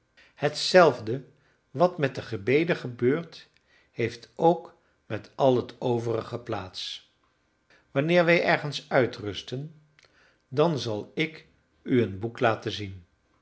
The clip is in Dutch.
hetzelfde wat met de gebeden gebeurt heeft ook met al het overige plaats wanneer wij ergens uitrusten dan zal ik u een boek laten zien